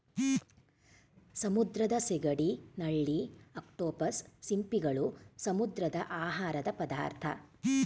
ಸಮುದ್ರದ ಸಿಗಡಿ, ನಳ್ಳಿ, ಅಕ್ಟೋಪಸ್, ಸಿಂಪಿಗಳು, ಸಮುದ್ರದ ಆಹಾರದ ಪದಾರ್ಥ